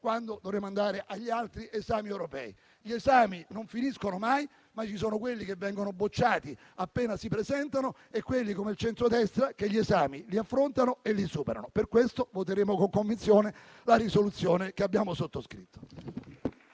quando dovremo andare agli altri esami europei. Gli esami non finiscono mai, ma ci sono quelli che vengono bocciati appena si presentano e quelli, come il centrodestra, che gli esami li affrontano e li superano. Per tali ragioni voteremo con convinzione la risoluzione che abbiamo sottoscritto.